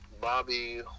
Bobby